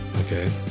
Okay